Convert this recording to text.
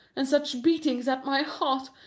and such beatings at my heart.